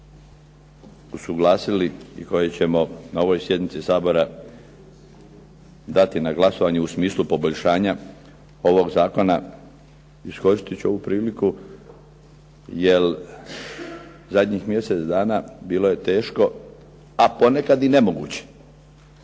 koje smo usuglasili i koje ćemo na ovoj sjednici Sabora dati na glasovanje u smislu poboljšanja ovog zakona. Iskoristiti ću ovu priliku jer zadnjih mjesec dana bilo je teško, a ponekad i nemoguće,